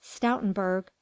Stoutenburg